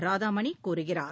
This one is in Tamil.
ராதாமணிகூறுகிறார்